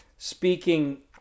Speaking